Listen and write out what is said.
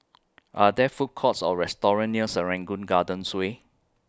Are There Food Courts Or restaurants near Serangoon Gardens Way